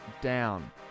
down